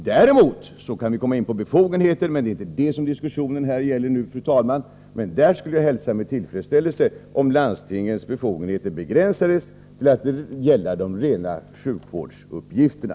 Däremot kan vi diskutera vilka befogenheter landstingen skall ha. Diskussionen nu gäller emellertid inte detta, men i och för sig skulle jag hälsa med tillfredsställelse att landstingens befogenheter begränsades till att gälla de rena sjukvårdsuppgifterna.